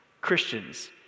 Christians